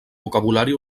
vocabulari